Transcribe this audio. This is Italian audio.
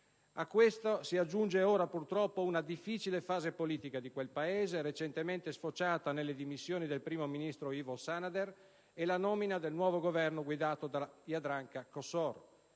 A ciò si aggiunge ora, purtroppo, una difficile fase politica della Croazia, recentemente sfociata nelle dimissioni del primo ministro Ivo Sanader e nella nomina del nuovo Governo guidato da Jadranka Kosor.